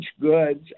goods